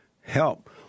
help